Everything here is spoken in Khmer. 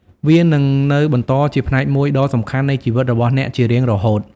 វានឹងនៅបន្តជាផ្នែកមួយដ៏សំខាន់នៃជីវិតរបស់អ្នកជារៀងរហូត។